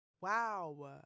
Wow